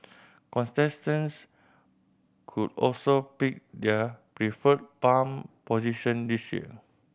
contestants could also pick their preferred palm position this year